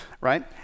right